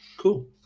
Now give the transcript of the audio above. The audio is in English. Cool